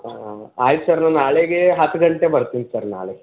ಹಾಂ ಆಯ್ತು ಸರ್ ನಾನು ನಾಳೆಗೆ ಹತ್ತು ಗಂಟೆಗೆ ಬರ್ತೀನಿ ಸರ್ ನಾಳೆ